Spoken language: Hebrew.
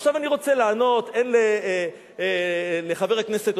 ועכשיו אני רוצה לענות הן לחבר הכנסת,